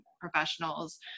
professionals